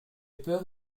peur